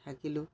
থাকিলোঁ